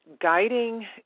guiding